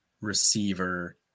receiver